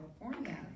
California